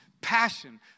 passion